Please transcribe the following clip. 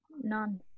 None